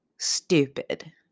Stupid